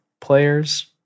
players